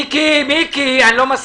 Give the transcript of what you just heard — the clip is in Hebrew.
מיקי, מיקי, אני לא מסכים.